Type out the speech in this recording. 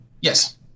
Yes